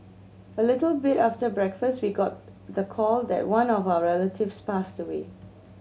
a little bit after breakfast we got the call that one of our relatives passed away